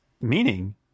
Meaning